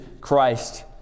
Christ